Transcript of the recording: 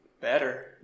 better